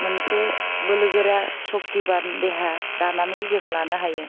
मोनसे बोलोगोरा शक्तिबान देहा दानानै जों लानो हायो